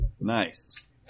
Nice